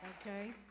okay